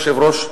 היושב-ראש,